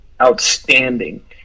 outstanding